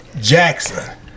Jackson